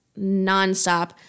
nonstop